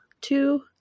Two